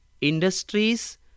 industries